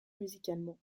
musicalement